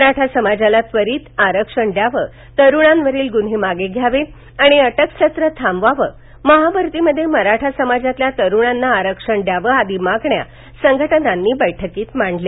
मराठा समाजाला त्वरित आरक्षण द्यावं तरुणांवरील गुन्हे मागे घ्यावेत आणि अटकसत्र थांबवावं महाभरतीमध्ये मराठा समाजातील तरूणांना आरक्षण द्यावं आदी मागण्या संघटनांनी बैठकीत मांडल्या